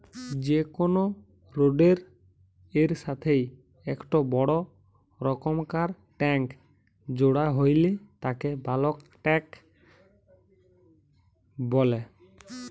যে কোনো রোডের এর সাথেই একটো বড় রকমকার ট্যাংক জোড়া হইলে তাকে বালক ট্যাঁক বলে